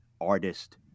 artist